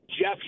Jeff